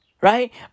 right